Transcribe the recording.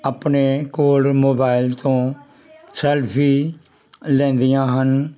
ਆਪਣੇ ਕੋਲ ਮੋਬਾਇਲ ਤੋਂ ਸੈਲਫੀ ਲੈਂਦੀਆਂ ਹਨ